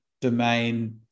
domain